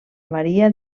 maria